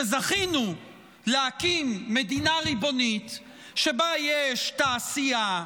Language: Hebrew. זכינו להקים מדינה ריבונית שבה יש תעשייה,